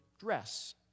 dress